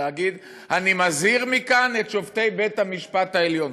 להגיד: אני מזהיר מכאן את שופטי בית-המשפט העליון,